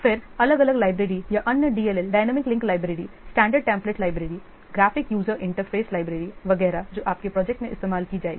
फिर अलग अलग लाइब्रेरी या अन्य DLL dynamic link library standard template library graphic user interface library वगैरह जो आपके प्रोजेक्ट में इस्तेमाल की जाएंगी